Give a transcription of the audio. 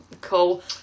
Cool